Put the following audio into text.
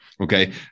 Okay